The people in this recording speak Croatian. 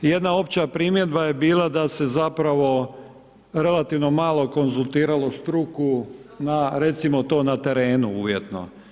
I jedna opća primjedba je bila da se zapravo relativno malo konzultiralo struku na, recimo to na terenu uvjetno.